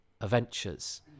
adventures